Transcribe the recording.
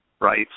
right